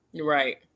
Right